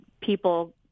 people